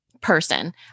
person